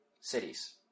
Cities